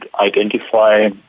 identify